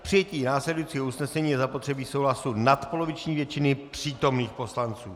K přijetí následujícího usnesení je zapotřebí souhlasu nadpoloviční většiny přítomných poslanců.